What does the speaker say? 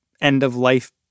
end-of-life